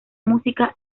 música